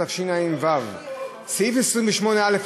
התשע"ו 2016,